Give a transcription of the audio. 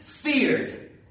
Feared